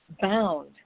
bound